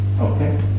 okay